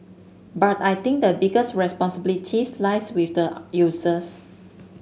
but I think the biggest responsibilities lies with the users